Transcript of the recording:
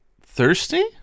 Thirsty